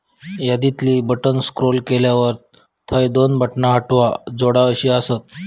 यादीतली बटण स्क्रोल केल्यावर थंय दोन बटणा हटवा, जोडा अशी आसत